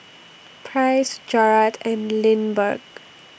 Price Jarad and Lindbergh